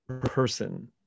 person